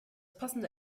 passende